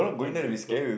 I don't think so